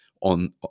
on